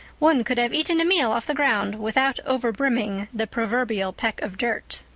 one could have eaten a meal off the ground without over-brimming the proverbial peck of dirt.